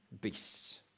beasts